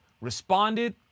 responded